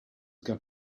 going